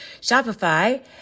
Shopify